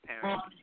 parents